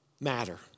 matter